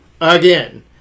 again